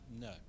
No